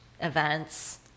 events